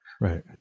Right